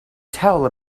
tell